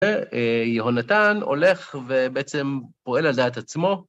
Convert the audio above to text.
זה יהונתן הולך ובעצם פועל על דעת עצמו.